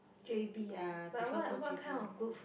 j_b ah but what what kind of good food